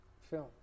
film